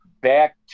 back